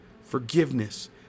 forgiveness